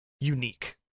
unique